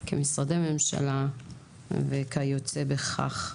כמשרדי ממשלה וכיוצא בכך.